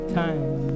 time